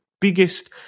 biggest